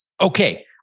Okay